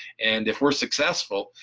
and if we're successful,